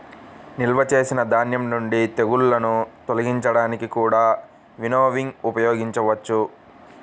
నిల్వ చేసిన ధాన్యం నుండి తెగుళ్ళను తొలగించడానికి కూడా వినోవింగ్ ఉపయోగించవచ్చు